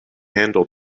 handle